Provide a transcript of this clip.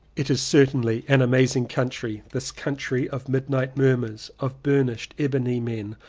it is certainly an amazing country, this country of midnight murmurs, of burnished ebony men,